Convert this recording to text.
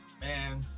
man